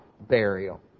burial